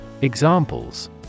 Examples